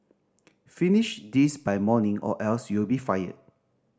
finish this by morning or else you'll be fired